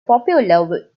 popular